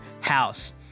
house